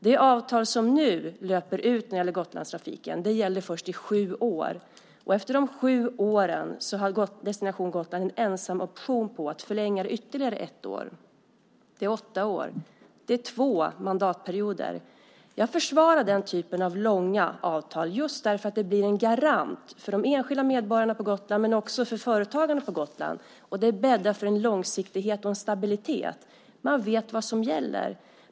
Det avtal om Gotlandstrafiken som nu löper ut gäller först i sju år. Efter de sju åren har Destination Gotland ensamoption på att förlänga det i ytterligare ett år. Det handlar alltså om åtta år - två mandatperioder. Jag försvarar den typen av långa avtal just därför att de blir en garant för de enskilda medborgarna på Gotland och för företagarna. Det bäddar för en långsiktighet och en stabilitet. Man vet vad som gäller.